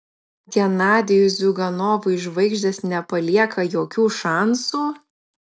genadijui ziuganovui žvaigždės nepalieka jokių šansų